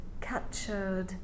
captured